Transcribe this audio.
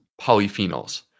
polyphenols